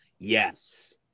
Yes